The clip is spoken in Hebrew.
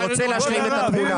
אני רוצה להשלים את התמונה.